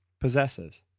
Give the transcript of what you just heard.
possesses